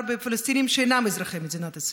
בפלסטינים שאינם אזרחי מדינת ישראל.